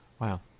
Wow